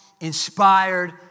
inspired